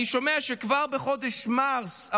אני שומע שכבר בחודש מרץ,